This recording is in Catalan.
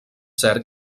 cert